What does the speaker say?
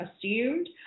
assumed